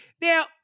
Now